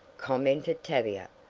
commented tavia.